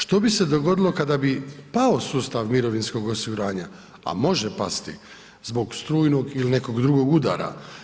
Što bi se dogodilo kada bi pao sustav mirovinskog osiguranja, a može pasti zbog strujnog ili nekog drugog udar?